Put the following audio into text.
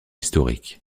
historiques